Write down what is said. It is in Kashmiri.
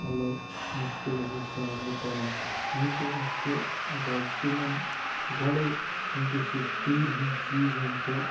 مطلب مُشکِلن ہُنٛد سامنہٕ کَرُن وُنکٮ۪نس چھِ گۄڈٕ تِمن گۄڈَے وُنکٮ۪س یہِ تۭرِ ہُنٛد سیٖزن تہٕ